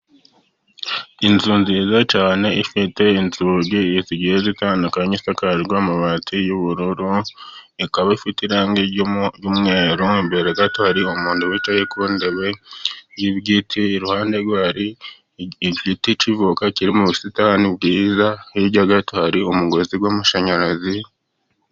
Inzu nziza cyane ifite inzugi zigiye zitandukanye, isakajwe amabati y'ubururu, ikaba ifite irangi ry'umweru, imbere gato hari umuntu wicaye ku ntebe y'igiti, iruhande rwe hari igiti cy'avoka kiri mu busitani bwiza, hirya hari umugozi w'amashanyarazi.